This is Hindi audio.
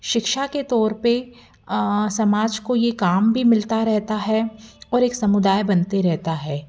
शिक्षा के तौर पर समाज को ये काम भी मिलता रहता है और एक समुदाय बनता रहता है